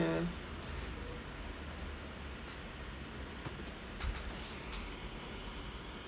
~a